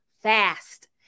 fast